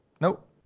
Nope